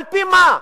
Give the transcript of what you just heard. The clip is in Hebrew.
על-פי מה?